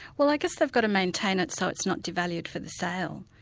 well i guess they've got to maintain it so it's not devalued for the sale.